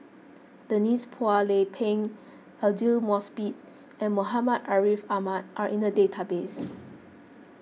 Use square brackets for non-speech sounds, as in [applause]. Denise Phua Lay Peng Aidli Mosbit and Muhammad Ariff Ahmad are in the database [noise]